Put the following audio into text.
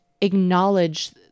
acknowledge